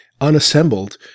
unassembled